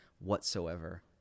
whatsoever